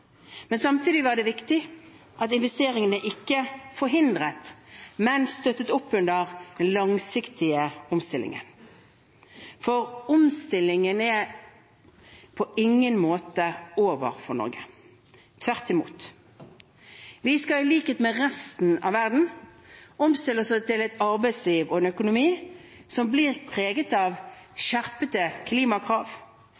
men støttet opp under langsiktige omstillinger. For omstillingen er på ingen måte over for Norge, tvert imot. Vi skal i likhet med resten av verden omstille oss til et arbeidsliv og en økonomi som blir preget